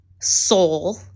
soul